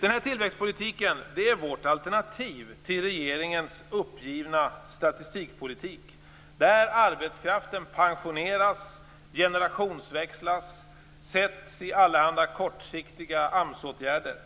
Denna tillväxtpolitik är vårt alternativ till regeringens uppgivna statistikpolitik, där arbetskraften pensioneras, generationsväxlas och sätts i allehanda kortsiktiga AMS-åtgärder.